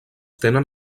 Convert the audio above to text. tenen